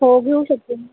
हो घेऊ शकते